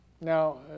Now